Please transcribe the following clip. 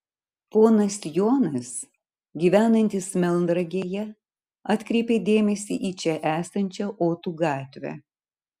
ponas jonas gyvenantis melnragėje atkreipė dėmesį į čia esančią otų gatvę